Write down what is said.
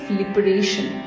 liberation